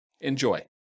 Enjoy